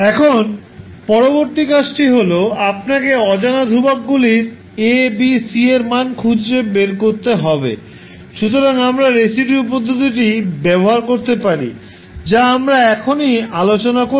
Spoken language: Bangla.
এখন পরবর্তী কাজটি হল আপনাকে অজানা ধ্রুবকগুলির A B C এর মান খুঁজে বের করতে হবে সুতরাং আমরা রেসিডিউ পদ্ধতিটি ব্যবহার করতে পারি যা আমরা এখনই আলোচনা করেছি